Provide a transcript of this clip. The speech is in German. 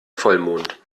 vollmond